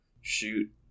shoot